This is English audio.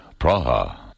Praha